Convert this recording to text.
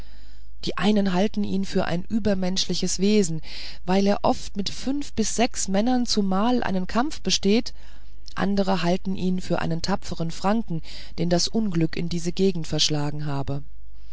die einen halten ihn für ein übermenschliches wesen weil er oft mit fünf bis sechs männern zumal einen kampf besteht andere halten ihn für einen tapferen franken den das unglück in diese gegend verschlagen habe